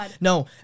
No